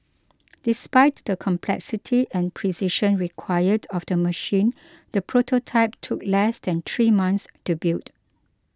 despite the complexity and precision required of the machine the prototype took less than three months to build